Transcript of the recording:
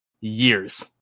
Years